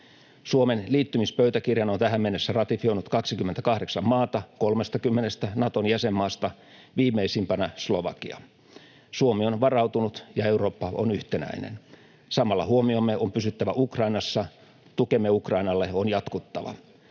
Suomen liittymispöytäkirjan on tähän mennessä ratifioinut 28 maata 30:stä Naton jäsenmaasta, viimeisimpänä Slovakia. Suomi on varautunut, ja Eurooppa on yhtenäinen. Samalla huomiomme on pysyttävä Ukrainassa, tukemme Ukrainalle on jatkuttava.